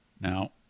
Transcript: now